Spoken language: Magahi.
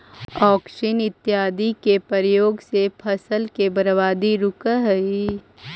ऑक्सिन इत्यादि के प्रयोग से फसल के बर्बादी रुकऽ हई